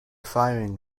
firing